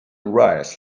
arise